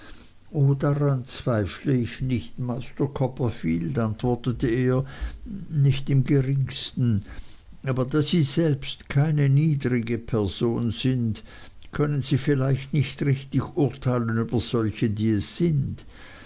o daran zweifle ich nicht master copperfield antwortete er nicht im geringsten aber da sie selbst keine niedrige person sind können sie vielleicht nicht richtig urteilen über solche die es sind